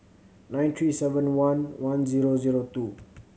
nine three seven one one zero zero two